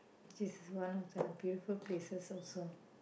it is one of the beautiful places also